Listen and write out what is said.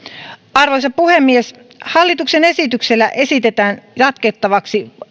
arvoisa puhemies hallituksen esityksellä esitetään jatkettavaksi